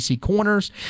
corners